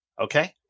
Okay